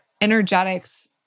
energetics